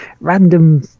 random